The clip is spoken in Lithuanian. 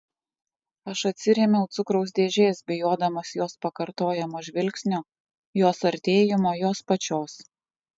aš atsirėmiau cukraus dėžės bijodamas jos pakartojamo žvilgsnio jos artėjimo jos pačios